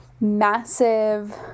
massive